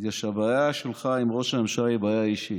בגלל שהבעיה שלך עם ראש הממשלה היא בעיה אישית.